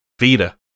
Vida